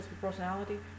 personality